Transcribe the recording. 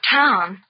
town